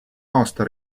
aasta